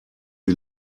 die